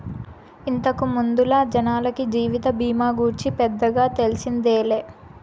ఇంతకు ముందల జనాలకి జీవిత బీమా గూర్చి పెద్దగా తెల్సిందేలే